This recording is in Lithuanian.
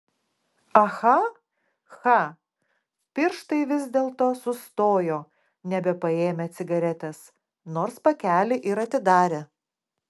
aha cha pirštai vis dėlto sustojo nebepaėmę cigaretės nors pakelį ir atidarė